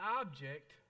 object